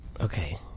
Okay